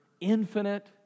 infinite